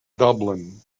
dublin